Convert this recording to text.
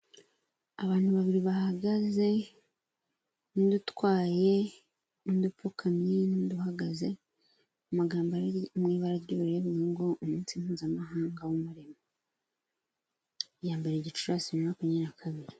Abantu babiri bahagaze undi utwaye undi upfukamye undi uhagaze, amagambo ari mu ibara ry'ubururu ngo umunsi mpuzamahanga w'umurimo, iya mbere gicurasi bibiri na makumyabiri na kabiri.